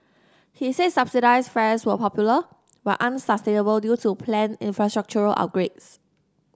he said subsidised fares were popular but unsustainable due to planned infrastructural upgrades